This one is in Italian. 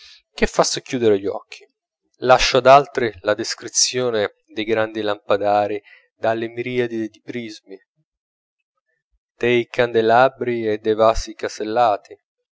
che fa socchiudere gli occhi lascio ad altri la descrizione dei grandi lampadarii dalle miriadi di prismi dei candelabri e dei vasi cesellati